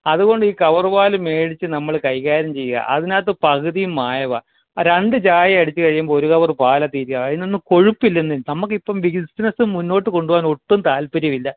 അത് കൊണ്ടീ കവർ പാല് മേടിച്ചു നമ്മൾ കൈ കാര്യം ചെയ്യാം അതിനകത്ത് പകുതിയും മായമാണ് രണ്ടു ചായയടിച്ച് കഴിയുമ്പോൾ ഒരു കവർ പാലാണ് തീരുക അതിനൊന്നും കൊഴുപ്പില്ലന്നേ നമുക്കിപ്പം ബിസിനസ്സ് മുന്നോട്ടു കൊണ്ടു പോകാനൊട്ടും താൽപ്പര്യം ഇല്ല